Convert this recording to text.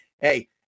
hey